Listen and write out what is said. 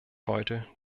heute